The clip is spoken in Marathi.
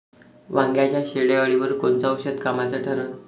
वांग्याच्या शेंडेअळीवर कोनचं औषध कामाचं ठरन?